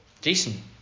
decent